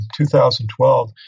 2012